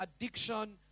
addiction